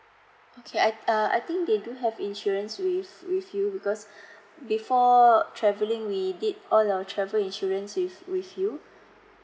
okay I err I think they do have insurance with with you because before travelling we did all the travel insurance with with you